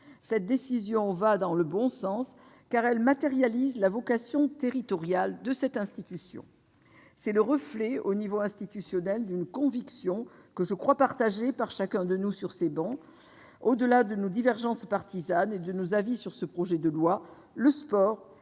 Cette décision va dans le bon sens, car elle matérialise la vocation territoriale de cette institution. C'est le reflet, au niveau institutionnel, d'une conviction, que je crois partagée par chacun de nous sur ces travées, au-delà de nos divergences partisanes et de nos avis sur ce projet de loi : le sport